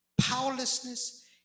powerlessness